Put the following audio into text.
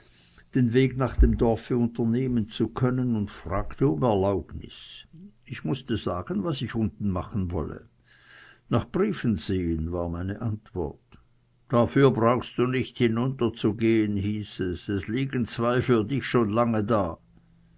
den weg nach dem dorfe unternehmen zu können und fragte um erlaubnis ich mußte sagen was ich unten machen wolle nach briefen sehen war meine antwort dafür brauchst du nicht hinunter zu gehen hieß es es liegen zwei für dich schon lange da